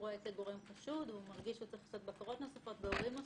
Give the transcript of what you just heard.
זה עובר דרך פלטפורמה מסוימת.